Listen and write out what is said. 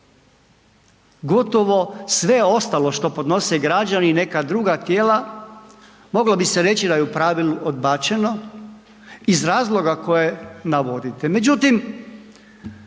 gotovo sve ostalo što podnose građani i neka druga tijela moglo bi se reći da je u pravilu odbačeno iz razloga koje navodite, međutim